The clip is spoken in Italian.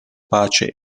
pace